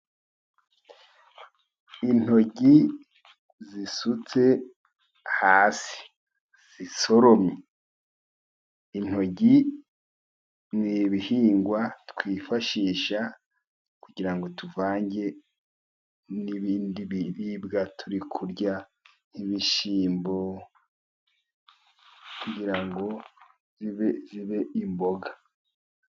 Intoryi zisutse hasi zisoromye. Intoryi ni ibihingwa twifashisha kugira ngo tuvange n'ibindi biribwa turi kurya, nk'ibishyimbo, kugira ngo zibe imboga.